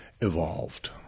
evolved